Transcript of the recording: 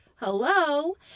hello